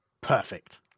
Perfect